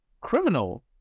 criminal